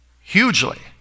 hugely